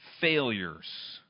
failures